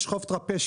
יש חוף טרפז,